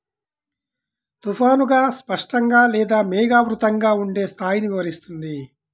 తుఫానుగా, స్పష్టంగా లేదా మేఘావృతంగా ఉండే స్థాయిని వివరిస్తుంది